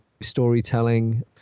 storytelling